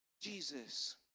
Jesus